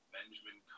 Benjamin